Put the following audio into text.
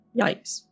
yikes